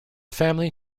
family